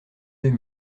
deux